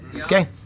Okay